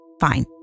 fine